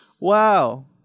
Wow